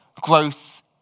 gross